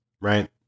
right